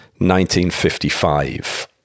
1955